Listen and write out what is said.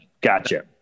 gotcha